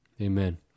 Amen